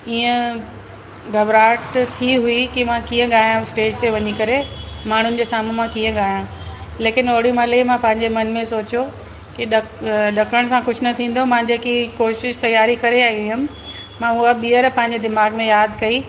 ईअं घबराहट थी हुई की मां कीअं ॻायां स्टेज ते वञी करे माण्हुनि जे साम्हूं मां कीअं ॻायां लेकिन ओॾीमहिल ही मां पंहिंजे मन में सोचो की ॾकु ॾकण सां कुझु न थींदो मां जेकी कोशिशि तयारी करे आई हुयमि मां हूअ ॿीहर पंहिंजे दीमाग़ु में यादि कई